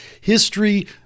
history